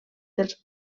dels